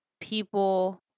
people